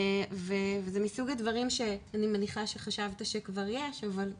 זה מסוג הדברים שאני מניחה שחשבת שכבר יש, אבל לא,